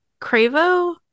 Cravo